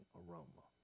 aroma